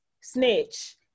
snitch